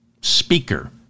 Speaker